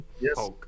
Yes